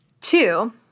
Two